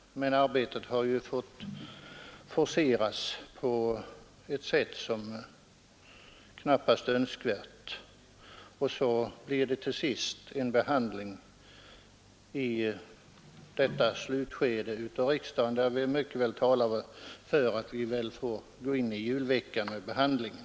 Men arbetet har fått forceras på ett sätt som knappast är önskvärt. Så blir det till sist en behandling alldeles i slutskedet av Ör att vi får gå in i julveckan och fortsätta behandlingen.